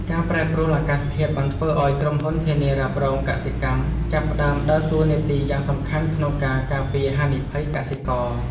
ការប្រែប្រួលអាកាសធាតុបានធ្វើឱ្យក្រុមហ៊ុនធានារ៉ាប់រងកសិកម្មចាប់ផ្តើមដើរតួនាទីយ៉ាងសំខាន់ក្នុងការការពារហានិភ័យកសិករ។